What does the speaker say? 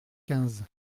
quinze